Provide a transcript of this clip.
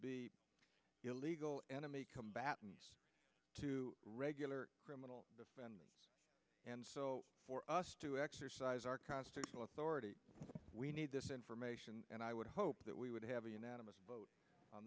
be illegal enemy combatant to regular criminal and so for us to exercise our constitutional authority we need this information and i would hope that we would have a unanimous vote on